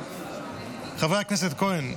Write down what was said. חבר הכנסת כהן,